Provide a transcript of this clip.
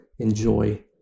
enjoy